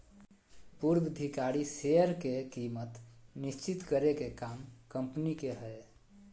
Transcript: पूर्वधिकारी शेयर के कीमत निश्चित करे के काम कम्पनी के हय